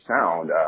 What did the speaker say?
sound